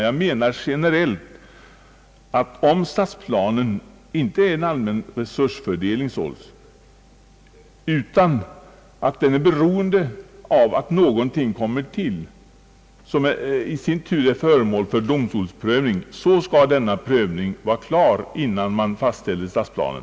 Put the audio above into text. Jag menar generellt att om stadsplanen således inte är en allmän resursfördelning utan om den är beroende av att någonting kommer till, som i sin tur är föremål för domstolsprövning, skall denna prövning vara klar innan man fastställer stadsplanen.